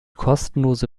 kostenlose